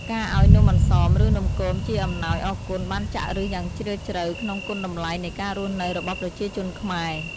ការឱ្យនំអន្សម ឬ នំគមជាអំណោយអរគុណបានចាក់ឫសយ៉ាងជ្រាលជ្រៅក្នុងគុណតម្លៃនៃការរស់នៅរបស់ប្រជាជនខ្មែរ។